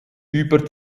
über